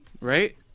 right